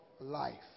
life